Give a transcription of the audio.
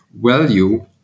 value